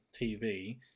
TV